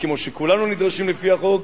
כמו שכולנו נדרשים לפי החוק,